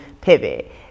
pivot